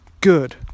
Good